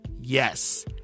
Yes